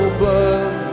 blood